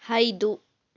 ಐದು